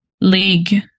league